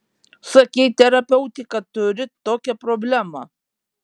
sakei terapeutei kad turi tokią problemą